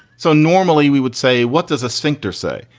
so normally we would say, what does a sphincter say?